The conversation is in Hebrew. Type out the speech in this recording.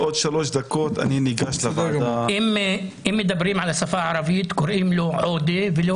אם מדברים על השפה הערבית קוראים לו עוֹדֶה ולא